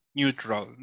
neutral